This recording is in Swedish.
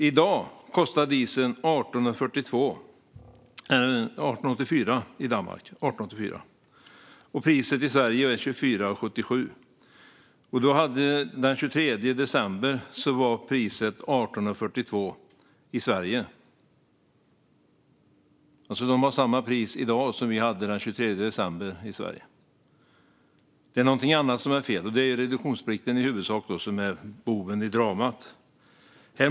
I dag kostar dieseln 18,84 i Danmark, och priset i Sverige är 24,77. Den 23 december var priset 18,42 i Sverige. Danmark har alltså ungefär samma pris som vi hade då. Det är någonting annat som är fel, och det är i huvudsak reduktionsplikten som är boven i dramat.